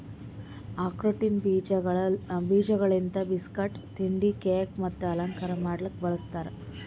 ಆಕ್ರೋಟಿನ ಬೀಜಗೊಳ್ ಲಿಂತ್ ಬಿಸ್ಕಟ್, ತಿಂಡಿ, ಕೇಕ್ ಮತ್ತ ಅಲಂಕಾರ ಮಾಡ್ಲುಕ್ ಬಳ್ಸತಾರ್